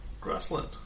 grassland